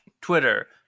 twitter